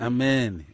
Amen